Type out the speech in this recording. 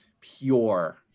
pure